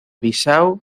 bissau